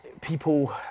people